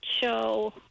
show